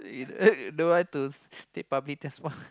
don't want to take public transport